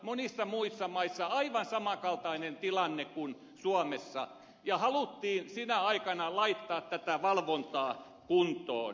monissa muissa maissa tilanne oli aivan samankaltainen kuin suomessa ja haluttiin sinä aikana laittaa tätä valvontaa kuntoon